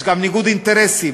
יש גם ניגוד אינטרסים,